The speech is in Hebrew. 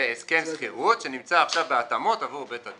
זה הסכם שכירות שנמצא עכשיו בהתאמות עבור בית הדין.